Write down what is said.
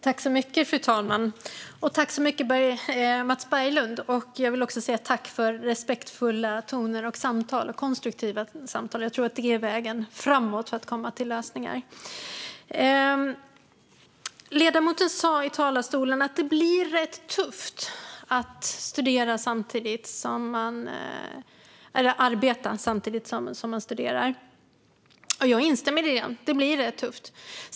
Fru talman! Tack så mycket, Mats Berglund! Jag vill också säga tack för respektfulla toner och konstruktiva samtal; jag tror att det är vägen framåt för att komma till lösningar. Ledamoten sa i talarstolen att det blir rätt tufft att arbeta samtidigt som man studerar. Jag instämmer i det. Det blir rätt tufft.